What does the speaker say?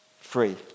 free